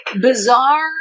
bizarre